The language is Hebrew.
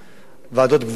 ועדות גבולות,